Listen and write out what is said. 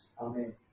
Amen